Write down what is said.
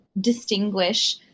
distinguish